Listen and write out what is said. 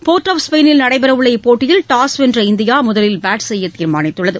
board of ஸ்பெயினில் நடைபெறவுள்ள இப்போட்டியில் டாஸ் வென்ற இந்தியா முதலில் பேட் செய்ய தீர்மானித்தகு